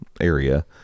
area